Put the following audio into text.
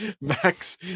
Max